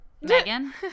Megan